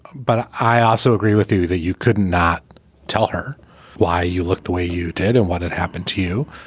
but i also agree with you that you could not tell her why you look the way you did and what had happened to you.